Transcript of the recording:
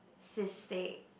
cystic